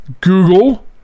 Google